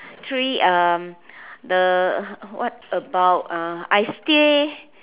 three um the what about uh I stay